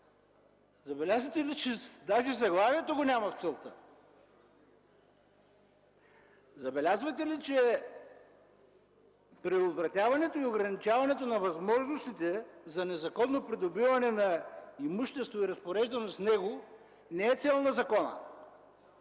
Забелязвате ли, че даже заглавието го няма в целта? Забелязвате ли, че предотвратяването и ограничаването на възможностите за незаконно придобиване на имущество и разпореждане с него не е цел на закона?